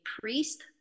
priest